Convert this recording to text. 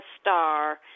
star